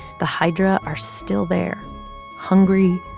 the hydra are still there hungry,